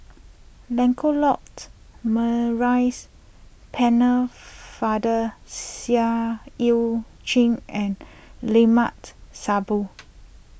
Lancelot Maurice Pennefather Seah Eu Chin and Limat Sabtu